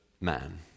man